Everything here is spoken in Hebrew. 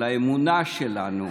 על האמונה שלנו,